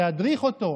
להדריך אותו.